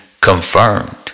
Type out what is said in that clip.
confirmed